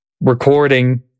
recording